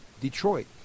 Detroit